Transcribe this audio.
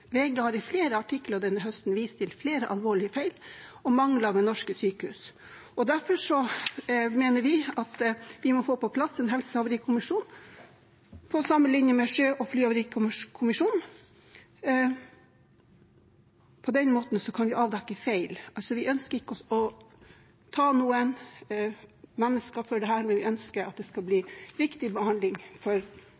VG har i flere artikler denne høsten vist til flere alvorlige feil og mangler ved norske sykehus, og derfor mener vi at vi må få på plass en helsehavarikommisjon på lik linje med sjø- og flyhavarikommisjonen. På den på måten kan vi avdekke feil. Vi ønsker ikke å ta noen mennesker for dette, men vi ønsker at det skal bli